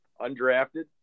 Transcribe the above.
undrafted